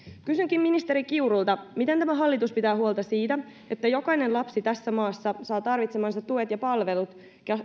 kysynkin ministeri kiurulta miten tämä hallitus pitää huolta siitä että jokainen lapsi tässä maassa saa tarvitsemansa tuet ja palvelut